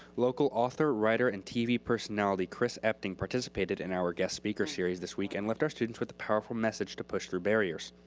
local author, writer and tv personality chris epting participated in our guest speaker series this week and left our students with a powerful message to push through barriers.